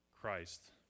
Christ